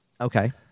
Okay